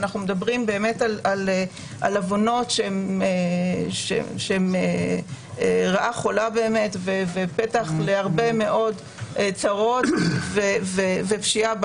אנחנו מדברים על עוונות שהם רעה חולה ופתח להרבה מאוד צרות ופשיעה,